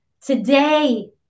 Today